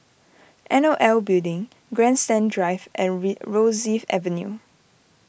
N O L Building Grandstand Drive and Rosyth Avenue